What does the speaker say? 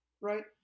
right